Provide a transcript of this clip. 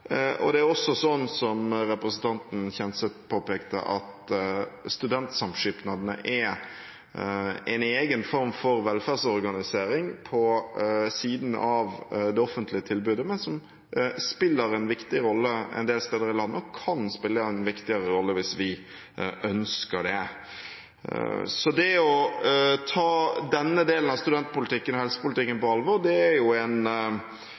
hjemkommunene. Det er også slik, som representanten Kjenseth påpekte, at studentsamskipnadene er en egen form for velferdsorganisering på siden av det offentlige tilbudet, men som spiller en viktig rolle en del steder i landet, og kan spille en viktigere rolle hvis vi ønsker det. Å ta denne delen av studentpolitikken og helsepolitikken på alvor er en